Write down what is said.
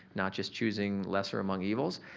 not just choosing lesser among evils.